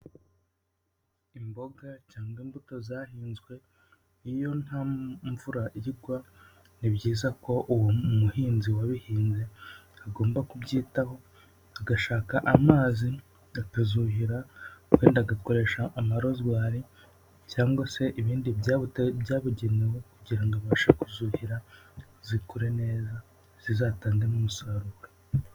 Imboga cyangwa imbuto zahinzwe iyo nta mvura igwa ni byiza ko uwo muhinzi wabihinze agomba kubyitaho agashaka amazi akazuhira wenda agakoresha amarozwari cyangwa se ibindi byabu byabugenewe kugira abashe kuzuhira zikure neza zizatangemo umusaruro.